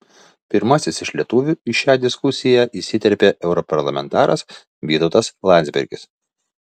pirmasis iš lietuvių į šią diskusiją įsiterpė europarlamentaras vytautas landsbergis